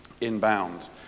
inbound